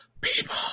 people